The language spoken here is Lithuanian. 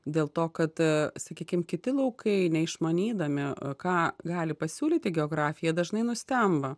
dėl to kad sakykim kiti laukai neišmanydami ką gali pasiūlyti geografija dažnai nustemba